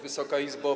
Wysoka Izbo!